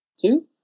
Two